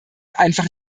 einfach